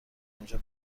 اینجا